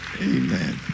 Amen